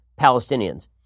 Palestinians